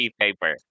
paper